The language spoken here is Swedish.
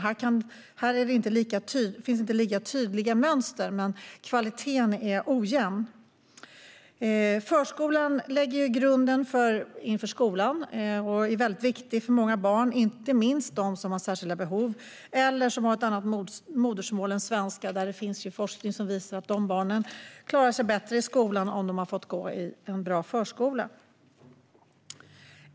Här finns det inte lika tydliga mönster, men kvaliteten är ojämn. Förskolan lägger grunden för skolan och är väldigt viktig för många barn, inte minst de som har särskilda behov eller som har ett annat modersmål än svenska. Det finns forskning som visar att de barnen klarar sig bättre i skolan om de har fått gå i en bra förskola.